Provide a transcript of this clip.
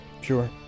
Sure